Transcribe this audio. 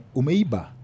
umeiba